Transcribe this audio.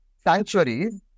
sanctuaries